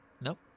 Nope